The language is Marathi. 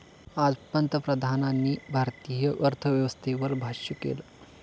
आज पंतप्रधानांनी भारतीय अर्थव्यवस्थेवर भाष्य केलं